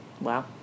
Wow